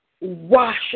Wash